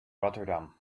rotterdam